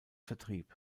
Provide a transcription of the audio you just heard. vertrieb